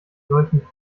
solchen